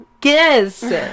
Guess